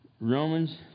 Romans